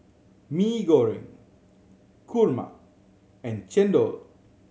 Mee Goreng kurma and chendol